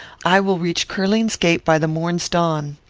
i will reach curling's gate by the morn's dawn.